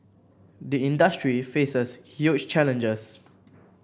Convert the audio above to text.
the industry faces huge challenges